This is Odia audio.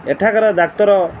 ଏଠାକାର ଡାକ୍ତର